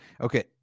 Okay